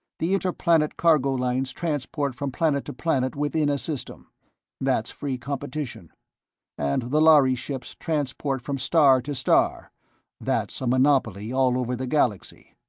the interplanet cargo lines transport from planet to planet within a system that's free competition and the lhari ships transport from star to star that's a monopoly all over the galaxy.